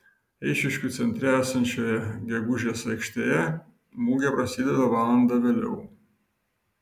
eišiškių centre esančioje gegužės aikštėje mugė prasideda valanda vėliau